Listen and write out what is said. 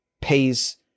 pays